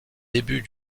début